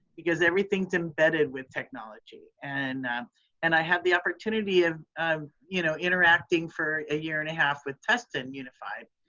because everything's embedded with technology and and i have the opportunity of um you know interacting for a year and a half with tustin unified.